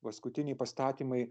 paskutiniai pastatymai